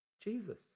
Jesus